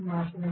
మాత్రమే